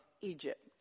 Egypt